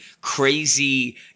crazy